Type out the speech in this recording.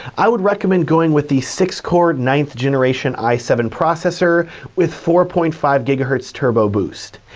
i would recommend going with the six core ninth generation i seven processor with four point five gigahertz turbo boost.